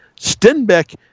Stenbeck